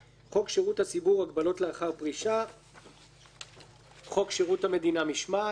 חוק שירות הציבור (הגבלות לאחר פרישה); (ה) חוק שירות המדינה (משמעת);